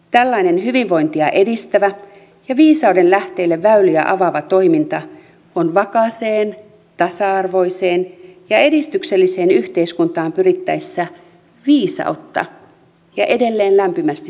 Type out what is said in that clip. tällainen hyvinvointia edistävä ja viisauden lähteille väyliä avaava toiminta on vakaaseen tasa arvoiseen ja edistykselliseen yhteiskuntaan pyrittäessä viisautta ja edelleen lämpimästi suositeltavaa